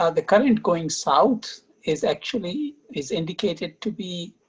ah the current going south is actually is indicated to be